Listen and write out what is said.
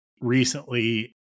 recently